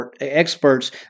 experts